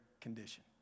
condition